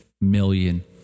million